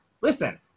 listen